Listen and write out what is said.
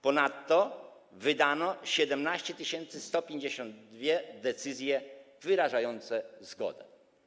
Ponadto wydano 17 152 decyzje wyrażające zgodę.